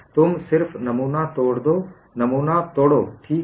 तुम सिर्फ नमूना तोड़ दो नमूना तोड़ो ठीक है